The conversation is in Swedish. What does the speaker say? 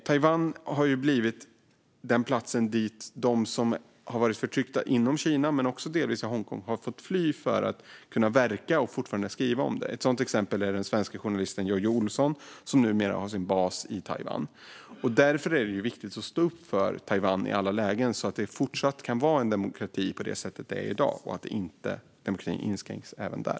Taiwan har blivit den plats dit de som har varit förtryckta inom Kina men också delvis i Hongkong har fått fly för att fortfarande kunna verka och skriva om det. Ett exempel är den svenske journalisten Jojje Olsson, som numera har sin bas i Taiwan. Därför är det viktigt att stå upp för Taiwan i alla lägen, så att det kan fortsätta vara en demokrati på det sätt det är i dag och så att demokratin inte inskränks även där.